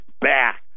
back